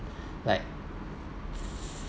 like